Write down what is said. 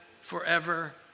forever